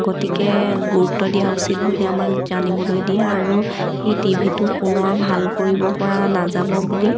গতিকে গুৰুত্ব দিয়া উচিত বুলি আমাক জানিবলৈ দিয়ে আৰু সেই টিভিটো পুনৰ ভাল কৰিব পৰা নাযাব বুলি